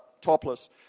topless